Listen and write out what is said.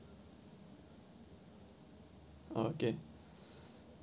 oh okay